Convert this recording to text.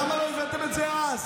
למה לא הבאתם את זה אז?